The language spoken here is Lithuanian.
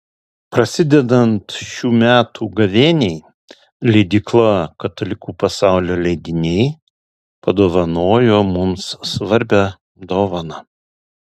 prasidedant šių metų gavėniai leidykla katalikų pasaulio leidiniai padovanojo mums svarbią dovaną